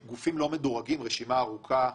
והיא יכולה לדרוש מרווחים יותר גדולים,